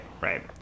right